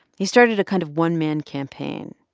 he started a kind of one-man campaign.